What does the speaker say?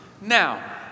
Now